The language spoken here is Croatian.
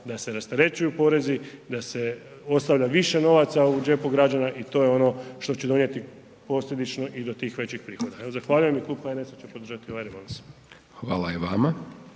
da se rasterećuju porezi, da se ostavlja više novaca u džepu građana i to je ono što se donijeti posljedično i do tih većih prohoda. Zahvaljujem i klub HNS-a će podržati ovaj rebalans. **Hajdaš